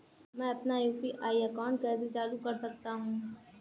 मैं अपना UPI account कैसे चालू कर सकता हूँ?